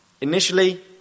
Initially